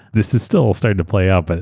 this is still starting to play out, but